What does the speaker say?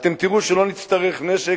אתם תראו שלא נצטרך נשק,